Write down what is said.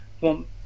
want